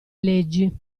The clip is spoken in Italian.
leggi